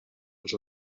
els